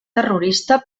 terrorista